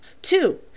Two